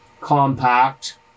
Compact